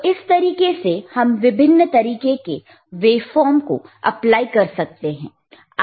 तो इस तरीके से हम विभिन्न तरीके के वेवफॉर्म को अप्लाई कर सकते हैं